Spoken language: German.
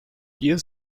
hier